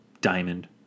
diamond